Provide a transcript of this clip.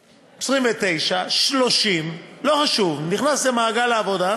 29, 30, לא חשוב, נכנס למעגל העבודה,